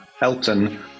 Elton